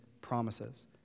promises